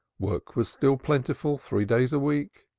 work was still plentiful three days a week,